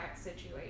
situation